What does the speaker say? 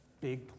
big